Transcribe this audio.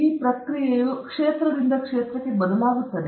ಈ ಪ್ರಕ್ರಿಯೆಯು ಶಿಸ್ತಿನಿಂದ ಶಿಸ್ತುಗೆ ಬದಲಾಗುತ್ತದೆ